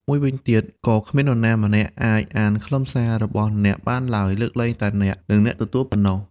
មួយវិញទៀតក៏គ្មាននរណាម្នាក់អាចអានខ្លឹមសារសាររបស់អ្នកបានឡើយ លើកលែងតែអ្នក និងអ្នកទទួលប៉ុណ្ណោះ។